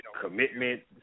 commitment